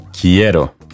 Quiero